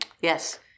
Yes